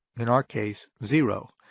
in our case, zero.